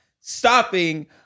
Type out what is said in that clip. stopping